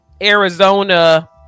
Arizona